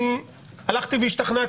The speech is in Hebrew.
אדוני השר,